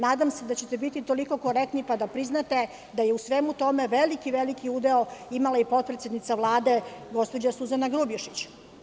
Nadam ste da ćete biti toliko korektni pa da priznate da je u svemu tome veliki, veliki udeo imala i potpredsednica Vlade gospođa Suzana Grubješić.